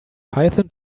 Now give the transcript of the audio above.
python